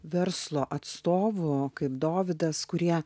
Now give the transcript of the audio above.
verslo atstovų kaip dovydas kurie